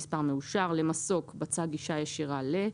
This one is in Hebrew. (מספר) מאושר (6)למסוק: בצע גישה ישירה ל-...